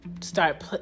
start